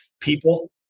People